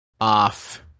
off